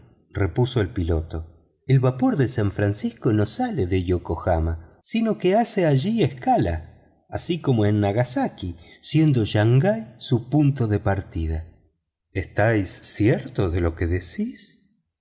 repuso el piloto el vapor de san francisco no sale de yokohama sino que hace allí escala así como en nagasaki siendo shangai su punto de partida estáis cierto de lo que decís